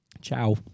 Ciao